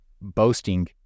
boasting